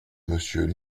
monsieur